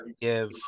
give